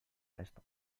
esto